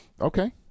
Okay